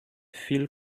viel